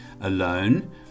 alone